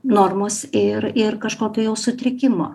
normos ir ir kažkokio jau sutrikimo